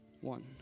one